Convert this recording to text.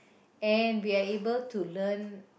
and we are able to learn